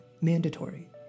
mandatory